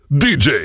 dj